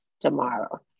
tomorrow